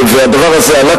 והדבר הזה עלה,